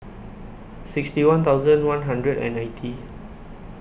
sixty one thousand one hundred and ninety